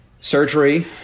Surgery